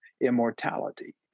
immortality